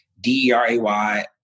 D-E-R-A-Y